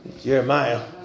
Jeremiah